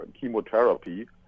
chemotherapy